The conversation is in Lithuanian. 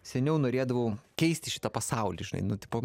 seniau norėdavau keisti šitą pasaulį žinai nu tipo